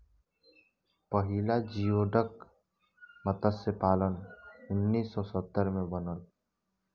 पहिला जियोडक मतस्य पालन उन्नीस सौ सत्तर में बनल